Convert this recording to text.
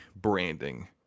branding